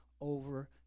over